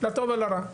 לטוב ולרע,